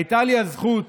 הייתה לי הזכות